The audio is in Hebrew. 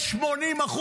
יש 80%,